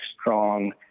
strong